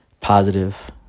positive